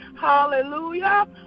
Hallelujah